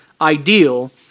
ideal